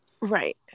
Right